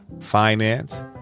finance